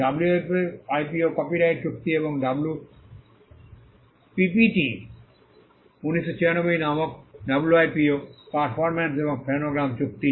WIPO copyright চুক্তি এবং WPPT 1996 নামক ডাব্লুআইপিও পারফরম্যান্স এবং ফোনোগ্রাম চুক্তি